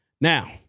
Now